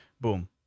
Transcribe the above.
boom